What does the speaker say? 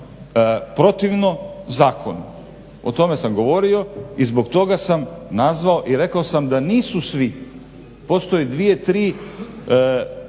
protivno zakonu, o tome sam govorio i zbog toga sam nazvao i rekao sam da nisu svi, postoje dvije-tri